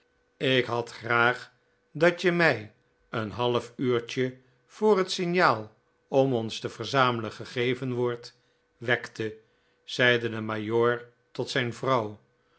ik had graag dat je mij een half uurtje voor het signaal om ons te verzamelen gegeven wordt wekte zeide de majoor tot zijn vrouw